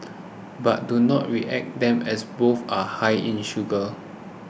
but do not react them as both are high in sugar